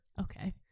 Okay